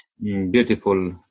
Beautiful